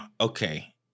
Okay